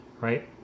right